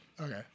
okay